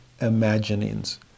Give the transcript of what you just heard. imaginings